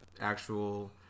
actual